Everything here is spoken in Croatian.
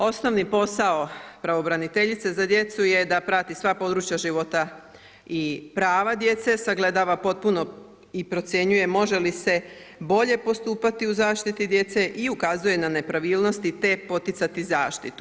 Osnovni posao pravobraniteljicu za djecu je da prati sva područja života i prava djece, sagledava potpuno i procjenjuje može li se bolje postupati u zaštiti djece i ukazuje na nepravilnosti, te poticati zaštitu.